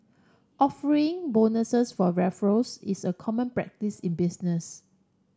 offering bonuses for referrals is a common practice in business